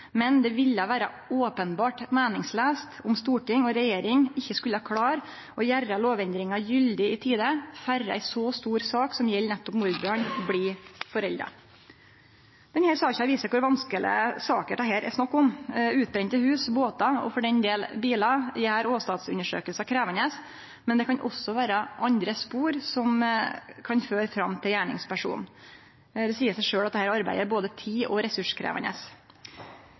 Men det ville vere openbert meiningslaust om storting og regjering ikkje skulle klare å gjere lovendringa gyldig i tide før ei så stor sak, som gjeld nettopp mordbrann, blir forelda. Denne saka viser kor vanskelege saker det er snakk om her. Utbrende hus, båtar og – for den del – bilar, gjer åstadsundersøkingar krevjande, men det kan også vere andre spor som kan føre fram til gjerningspersonen. Det seier seg sjølv at dette arbeidet er både tid- og ressurskrevjande.